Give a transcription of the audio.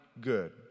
good